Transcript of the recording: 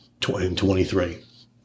2023